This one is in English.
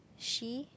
she